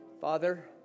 Father